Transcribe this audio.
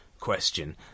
question